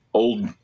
Old